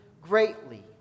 greatly